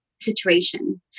situation